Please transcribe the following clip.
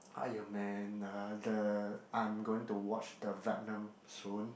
Iron Man ah the I'm going to watch the Venom soon